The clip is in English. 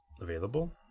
available